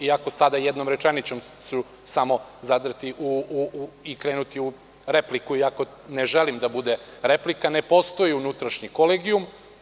Iako ću sada jednom rečenicom samo zadrti i krenuti u repliku, iako ne želim da bude replika, ne postoji unutrašnji kolegijum.